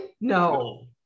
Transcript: No